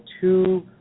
two